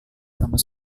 kamu